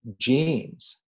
genes